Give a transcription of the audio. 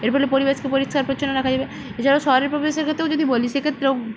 এর ফলে পরিবেশকে পরিষ্কার পরিচ্ছন্ন রাখা যাবে এছাড়াও শহরের পরিবেশের ক্ষেত্রেও যদি বলি সেক্ষেত্রেও